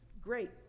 great